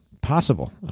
possible